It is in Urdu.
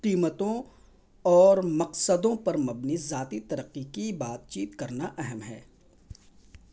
قیمتوں اور مقصدوں پر مبنی ذاتی ترقی کی بات چیت كرنا اہم ہے